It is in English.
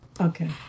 Okay